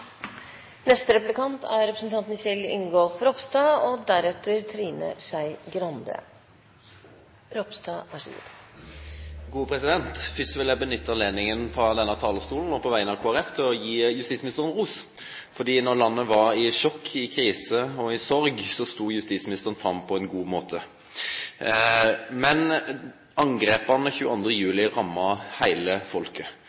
representanten etterlyser. Først vil jeg benytte anledningen fra denne talerstolen, på vegne av Kristelig Folkeparti, til å gi justisministeren ros. For da landet var i sjokk, i krise og i sorg, sto justisministeren fram på en god måte. Men angrepene 22. juli rammet hele folket.